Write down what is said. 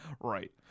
Right